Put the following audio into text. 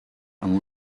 and